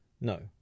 No